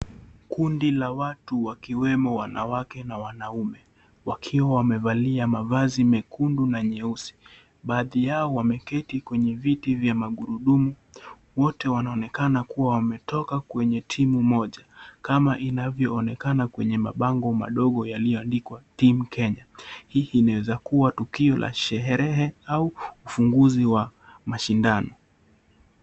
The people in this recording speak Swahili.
Kundi la watu wakiwemo wanawake na wanaume wakiwa wamevalia mavazi mekundu na nyeusi . Baadhi yao wameketo kwenye viti vya magurudumu wote wanaonekana kuwa wametoka kwenye timu moja kama inavyoonekana kwenye mabango madogo yaliyoandikwa Team Kenya , hii inaezakuwa tukio la sherehe au ufunguzin a mashindano.